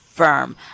firm